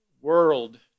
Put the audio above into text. world